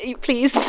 please